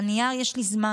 על הנייר יש לי זמן,